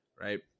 right